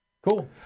Cool